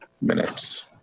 minutes